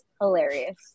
Hilarious